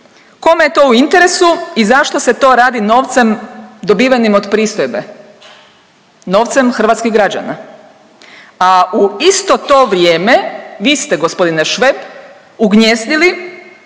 Kome je to u interesu i zašto se to radi novcem dobivenim od pristojbe, novcem hrvatskih građana a u isto to vrijeme vi ste gospodine Šveb ugnijezdili